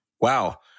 Wow